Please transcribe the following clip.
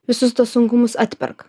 visus tuos sunkumus atperka